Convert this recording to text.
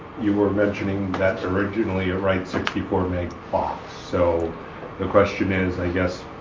you were mentioning that's originally a rights of people or make box so the question is i guess